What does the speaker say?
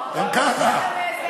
גם ככה.